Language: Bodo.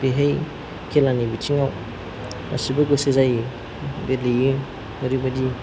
बेहाय खेलानि बिथिङाव गासैबो गोसो जायो गेलेयो ओरैबायदि